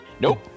Nope